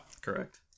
Correct